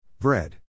Bread